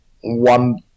one